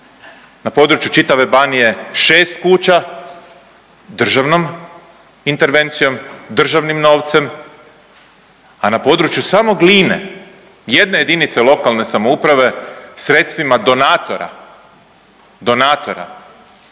Na području čitave Banije 6 kuća državnom intervencijom, državnim novcem, a na području samo Gline, jedne jedinice lokalne samouprave sredstvima donatora,